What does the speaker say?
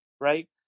right